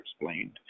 explained